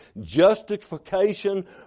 Justification